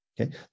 Okay